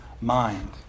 mind